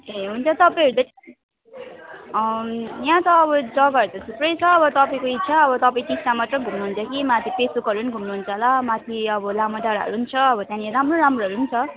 ए हुन्छ तपाईँहरू त यहाँ त अब जग्गाहरू त थुप्रै छ अब तपाईँको इच्छा अब तपाईँ टिस्टा मात्र घुम्नुहुन्छ कि माथि पेसोकहरू नि घुम्नुहुन्छ होला माथि अब लामा डाँडाहरू छ अब त्यहाँनिर अब राम्रो राम्रोहरू नि छ